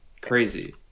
Crazy